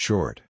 Short